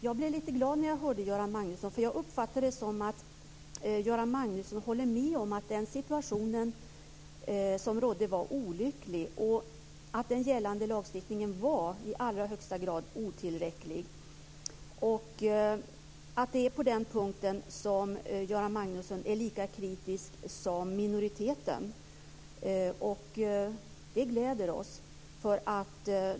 Jag blev lite glad när jag hörde Göran Magnusson, för jag uppfattade det som att han håller med om att den situationen var olycklig och att den gällande lagstiftningen i allra högsta grad var otillräcklig. På den punkten är Göran Magnusson lika kritisk som minoriteten, och det gläder oss.